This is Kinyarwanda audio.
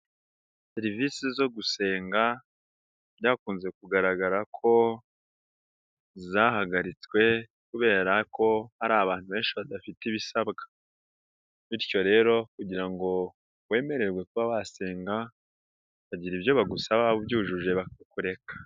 Serivisi zo gusenga byakunze kugaragara ko zahagaritswe kubera ko hari abantu benshi badafite ibisabwa bityo rero kugira ngo wemererwe kuba wasenga bagira ibyo bagusaba ubyujuje bakakureka.